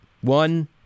one